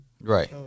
Right